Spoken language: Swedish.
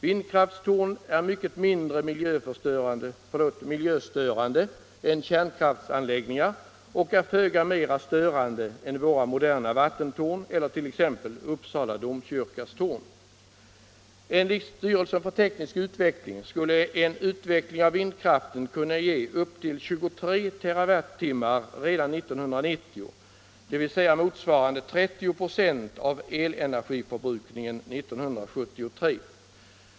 Vindkraftstorn är mycket mindre miljöstörande än kärn kraftsanläggningar och är föga mera störande än våra moderna vattentorn eller t.ex. Uppsala domkyrkas torn. Enligt styrelsen för teknisk utveckling skulle en utveckling av vindkraften kunna ge upp till 23 TWh redan 1990, dvs. motsvarande 30 4 av elenergiförbrukningen 1973!